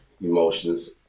emotions